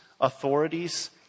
authorities